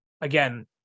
again